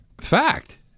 Fact